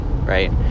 right